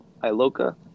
Iloka